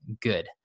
good